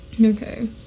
Okay